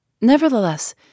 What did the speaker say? Nevertheless